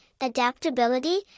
adaptability